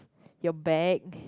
your bag